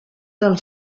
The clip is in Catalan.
del